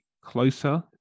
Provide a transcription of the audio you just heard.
closer